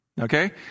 Okay